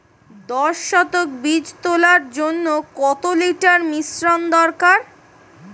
দশ শতক বীজ তলার জন্য কত লিটার মিশ্রন দরকার?